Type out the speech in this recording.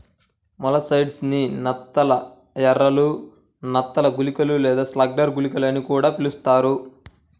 molluscicides ని నత్త ఎరలు, నత్త గుళికలు లేదా స్లగ్ గుళికలు అని కూడా పిలుస్తారు